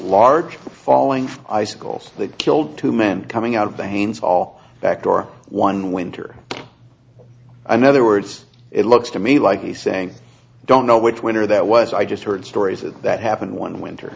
large falling icicles that killed two men coming out of planes all that door one winter another words it looks to me like he's saying i don't know which winter that was i just heard stories of that happening one winter